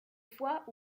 fois